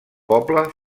poble